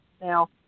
Now